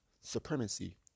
supremacy